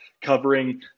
covering